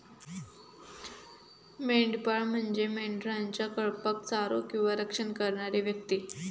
मेंढपाळ म्हणजे मेंढरांच्या कळपाक चारो किंवा रक्षण करणारी व्यक्ती